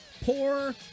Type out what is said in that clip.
poor